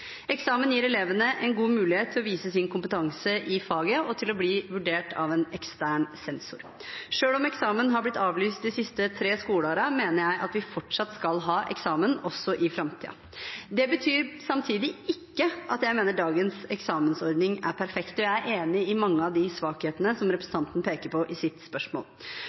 Eksamen gir elevene en god mulighet til å vise sin kompetanse i faget og til å bli vurdert av en ekstern sensor. Selv om eksamen er blitt avlyst de siste tre skoleårene, mener jeg at vi fortsatt skal ha eksamen også i framtiden. Samtidig betyr ikke det at jeg mener at dagens eksamensordning er perfekt, og jeg er enig i mange av de svakhetene som representanten peker på i sitt spørsmål.